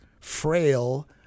frail